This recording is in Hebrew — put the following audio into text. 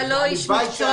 אתה גם לא איש מקצוע.